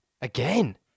Again